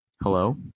Hello